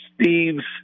Steve's